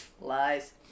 Lies